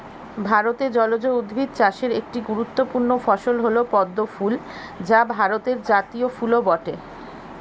ভারতে জলজ উদ্ভিদ চাষের একটি গুরুত্বপূর্ণ ফসল হল পদ্ম ফুল যা ভারতের জাতীয় ফুলও বটে